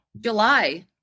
July